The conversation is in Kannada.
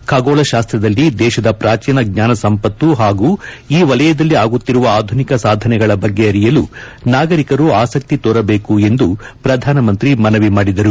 ಖಗೋಳ ಶಾಸ್ತ್ರದಲ್ಲಿ ದೇಶದ ಪ್ರಾಚೀನ ಜ್ಞಾನಸಂಪತ್ತು ಹಾಗೂ ಈ ವಲಯದಲ್ಲಿ ಆಗುತ್ತಿರುವ ಆಧುನಿಕ ಸಾಧನೆಗಳ ಬಗ್ಗೆ ಅರಿಯಲು ನಾಗರಿಕರು ಆಸಕ್ತಿ ತೋರಬೇಕು ಎಂದು ಪ್ರಧಾನಿ ಮನವಿ ಮಾಡಿದರು